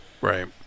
right